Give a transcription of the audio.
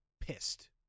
pissed